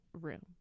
room